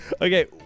Okay